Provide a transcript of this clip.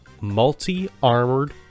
Multi-armored